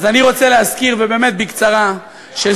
אז אני רוצה להזכיר, ובאמת בקצרה, כעם כן.